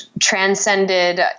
transcended